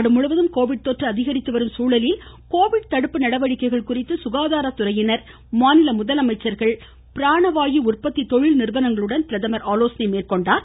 நாடுமுழுவதும் கோவிட் தொற்று அதிகரித்து வரும் சூழலில் கோவிட் தடுப்பு நடவடிக்கைகள் குறித்து சுகாதார துறையினா் மாநில முதலமைச்சர்கள் மற்றும் பிராணவாயு உற்பத்தி தொழில் நிறுவனங்களுடன் பிரதமர் ஆலோசனை மேற்கொண்டார்